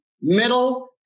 middle